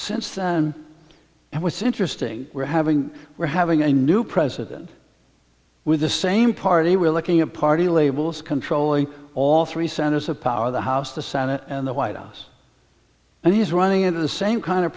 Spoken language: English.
since then it was interesting we're having we're having a new president with the same party we're looking a party labels controlling all three centers of power the house the senate and the white house and he's running into the same kind of